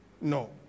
no